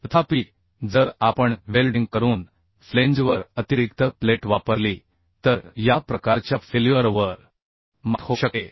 तथापि जर आपण वेल्डिंग करून फ्लेंजवर अतिरिक्त प्लेट वापरली तर या प्रकारच्या फेल्युअर वर मात होऊ शकते